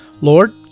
Lord